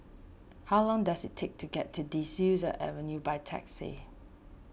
how long does it take to get to De Souza Avenue by taxi